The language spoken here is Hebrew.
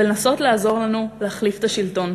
ולנסות לעזור לנו להחליף את השלטון,